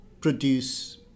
produce